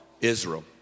Israel